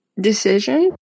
decision